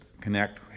connect